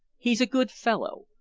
he's a good fellow,